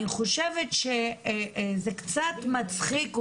אני חושבת שזה קצת מצחיק אותי,